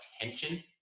attention